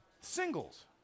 Singles